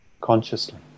consciously